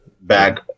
back